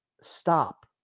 Stop